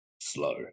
slow